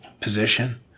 position